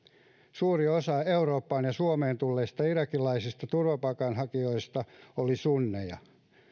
suuri osa eurooppaan ja suomeen tulleista irakilaisista turvapaikanhakijoista oli sunneja